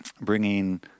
bringing